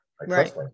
Right